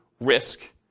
risk